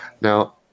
Now